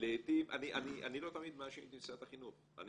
אני לא תמיד מאשים את משרד החינוך -- בשנתיים אפשר.